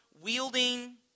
wielding